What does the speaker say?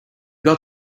got